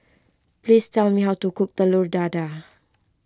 please tell me how to cook Telur Dadah